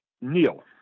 Neil